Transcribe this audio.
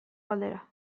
galdera